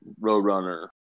Roadrunner